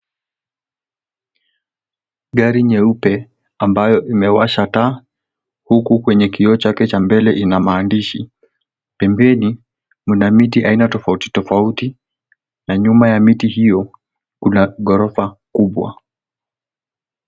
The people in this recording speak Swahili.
Gari nyeupe, ambayo imewasha taa, huku kwenye kioo chake cha mbele ina maandishi. Pembeni mna miti aina tofauti tofauti na nyuma ya miti hiyo kuna ghorofa kubwa.